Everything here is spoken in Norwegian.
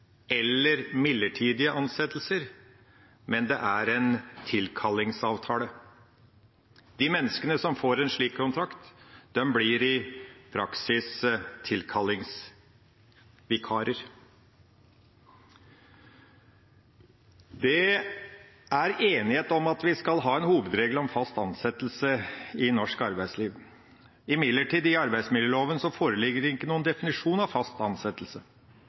De menneskene som får en slik kontrakt, blir i praksis tilkallingsvikarer. Det er enighet om at vi skal ha en hovedregel for fast ansettelse i norsk arbeidsliv. I arbeidsmiljøloven foreligger det imidlertid ikke noen definisjon av fast ansettelse